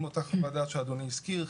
עם אותה חוות דעת שאדוני הזכיר.